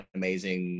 amazing